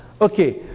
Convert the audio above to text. Okay